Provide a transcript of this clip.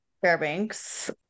Fairbanks